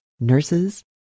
nurses